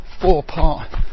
four-part